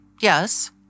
yes